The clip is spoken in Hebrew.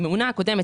הממונה הקודמת,